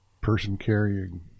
person-carrying